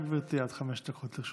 בבקשה, גברתי, עד חמש דקות לרשותך.